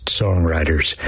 songwriters